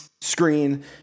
screen